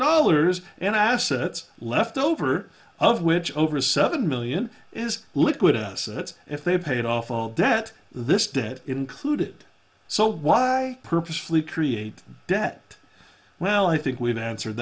dollars in assets left over of which over seven million is liquid us if they paid off all debt this debt included so why purposely create debt well i think we've answered